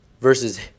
versus